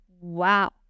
wow